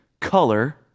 color